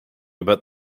about